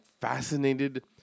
fascinated